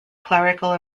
clerical